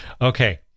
Okay